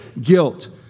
Guilt